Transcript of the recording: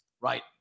Right